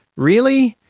really,